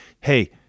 Hey